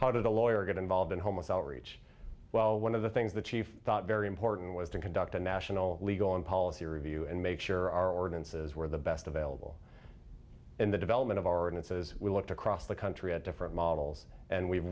how does a lawyer get involved in homosassa reach well one of the things the chief thought very important was to conduct a national legal and policy review and make sure our ordinances were the best available in the development of our and it says we looked across the country at different models and we've